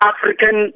African